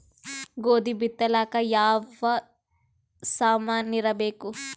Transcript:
ಗೋಧಿ ಬಿತ್ತಲಾಕ ಯಾವ ಸಾಮಾನಿರಬೇಕು?